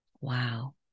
Wow